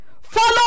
Follow